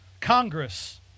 Congress